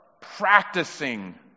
practicing